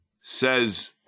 says